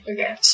Okay